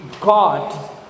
God